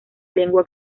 lengua